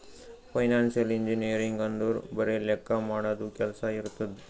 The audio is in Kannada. ಫೈನಾನ್ಸಿಯಲ್ ಇಂಜಿನಿಯರಿಂಗ್ ಅಂದುರ್ ಬರೆ ಲೆಕ್ಕಾ ಮಾಡದು ಕೆಲ್ಸಾ ಇರ್ತುದ್